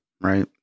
right